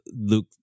Luke